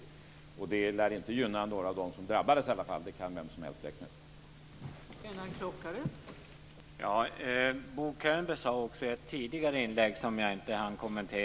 Det lär i alla fall inte gynna några av dem som drabbades, det kan vem som helst räkna ut.